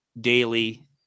daily